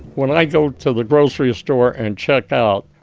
when i go to the grocery store and check out,